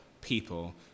people